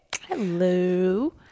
Hello